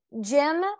Jim